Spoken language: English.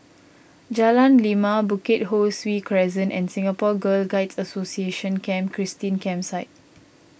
Jalan Lima Bukit Ho Swee Crescent and Singapore Girl Guides Association Camp Christine Campsite